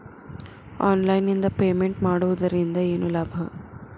Online ನಿಂದ payment ಮಾಡುವುದರಿಂದ ಏನು ಲಾಭ?